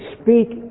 speak